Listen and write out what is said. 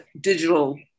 digital